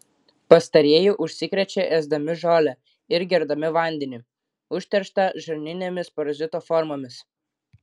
pastarieji užsikrečia ėsdami žolę ir gerdami vandenį užterštą žarninėmis parazito formomis